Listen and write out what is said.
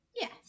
Yes